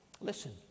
listen